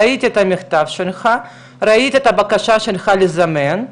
ראיתי את המכתב שלך, ראיתי את הבקשה שלך לזמן,